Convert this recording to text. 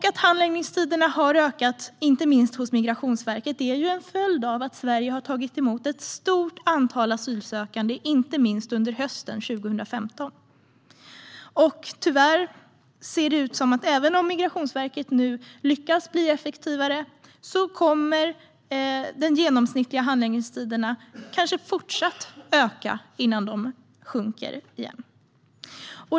Att handläggningstiderna har ökat, bland annat hos Migrationsverket, är ju en följd av att Sverige har tagit emot ett stort antal asylsökande inte minst under hösten 2015. Även om Migrationsverket nu lyckas att bli effektivare kommer de genomsnittliga handläggningstiderna tyvärr kanske fortsatt att öka innan de sjunker igen.